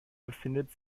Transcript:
befindet